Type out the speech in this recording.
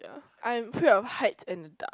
ya I'm afraid of heights and the dark